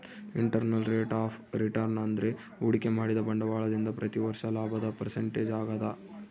internal rate of return ಅಂದ್ರೆ ಹೂಡಿಕೆ ಮಾಡಿದ ಬಂಡವಾಳದಿಂದ ಪ್ರತಿ ವರ್ಷ ಲಾಭದ ಪರ್ಸೆಂಟೇಜ್ ಆಗದ